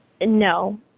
No